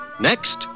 Next